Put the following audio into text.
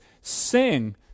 sing